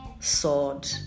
sword